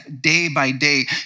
day-by-day